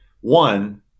One